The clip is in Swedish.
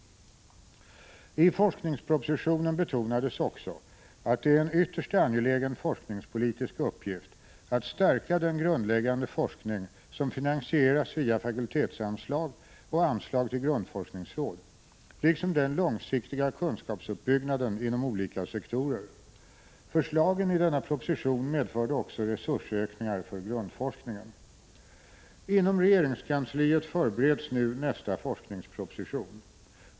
I forskningspropositionen betonades också att det är en ytterst angelägen forskningspolitisk uppgift att stärka den grundläggande forskning som finansieras via fakultetsanslag och anslag till grundforskningsråd liksom den långsiktiga kunskapsuppbyggnaden inom olika sektorer. Förslagen i denna proposition medförde också resursökningar för grundforskningen. Inom regeringskansliet förbereds nu nästa forskningsproposition.